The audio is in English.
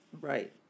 Right